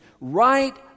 right